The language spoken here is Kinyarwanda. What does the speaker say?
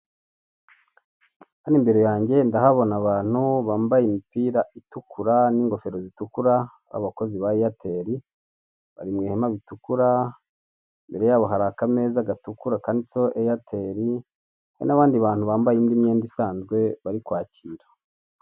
Hano imbere yanjye ndahabona abantu bambaye imipira itukura n'ingofero zitukura abakozi ba aitel bari mu ihema ritukura imbere yabo hari akameza gatukura kanditseho aitel hari n'abandi bantu bambaye imyenda isanzwe bari kwakira.